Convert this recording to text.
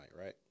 right